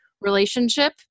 relationship